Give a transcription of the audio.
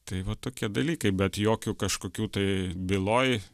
tai va tokie dalykai bet jokių kažkokių tai byloj